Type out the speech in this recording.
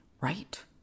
Right